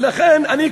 ולכן אני,